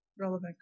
relevant